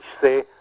say